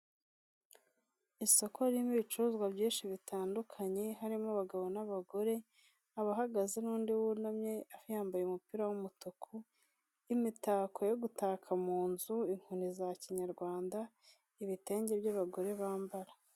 Isoko ririmo ibicuruzwa byinshi bitandukanye harimo abagabo n'abagore, abahagaze n'undi wunamye yambaye umupira w'umutuku, imitako yo gutaka mu nzu, inkoni za kinyarwanda, ibitenge by'abagore bambara.